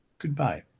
Goodbye